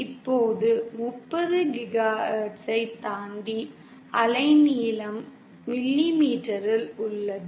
இப்போது 30 GHz யை தாண்டி அலைநீளம் மில்லிமீட்டரில் உள்ளது